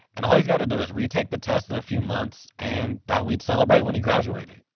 and all he's gotta do is retake the test in a few months and that we'd celebrate when he graduated.